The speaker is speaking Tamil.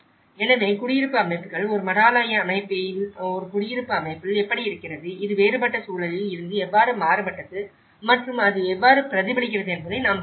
எனவே குடியிருப்பு அமைப்புகள் ஒரு மடாலய அமைப்பில் ஒரு குடியிருப்பு அமைப்பில் எப்படி இருக்கிறது இது வேறுபட்ட சூழலில் இருந்து எவ்வாறு மாறுபட்டது மற்றும் அது எவ்வாறு பிரதிபலிக்கிறது என்பதை நாம் காணலாம்